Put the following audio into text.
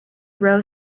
row